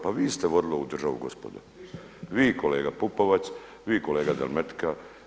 Pa vi ste vodili ovu državu gospodo, vi kolega Pupovac, vi kolega Demetlika.